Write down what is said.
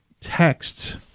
texts